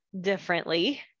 differently